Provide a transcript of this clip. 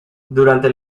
durante